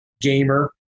gamer